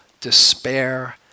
despair